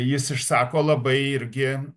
jis išsako labai irgi